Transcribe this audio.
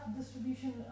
distribution